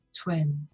twin